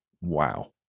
wow